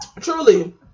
truly